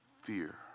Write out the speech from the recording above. fear